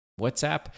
WhatsApp